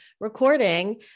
recording